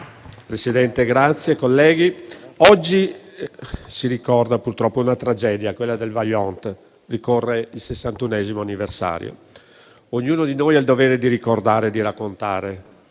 Presidente, colleghi, oggi si ricorda purtroppo una tragedia, quella del Vajont, di cui ricorre il 61° anniversario. Ognuno di noi ha il dovere di ricordare e di raccontare